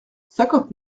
cinquante